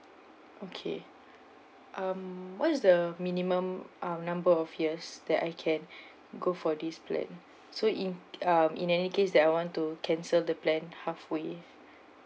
okay um what is the minimum uh number of years that I can go for this plan so in uh in any case that I want to cancel the plan halfway